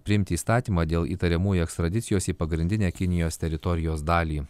priimti įstatymą dėl įtariamųjų ekstradicijos į pagrindinę kinijos teritorijos dalį